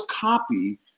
copy